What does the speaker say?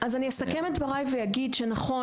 אז אני אסכם את דבריי ואגיד שנכון,